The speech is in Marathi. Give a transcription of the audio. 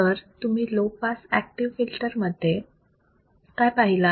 तर तुम्ही लो पास ऍक्टिव्ह फिल्टर मध्ये काय पाहिलात